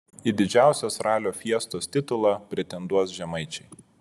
į didžiausios ralio fiestos titulą pretenduos žemaičiai